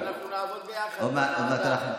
אנחנו נעבוד ביחד בוועדה.